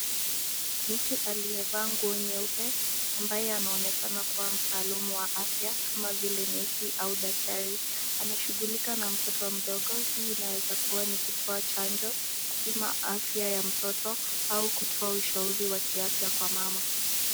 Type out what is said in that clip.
Mtu aliyevaa nguo nyeupe ambaye ameonekana kuwa mtaalam wa afya kama nesi au daktari anashughulika na mtoto mdogo. Hii inaweza kuwa ni kutoa chanjo, kupima afya ya mtoto au kutoa ushauri wa kiafya kwa mama.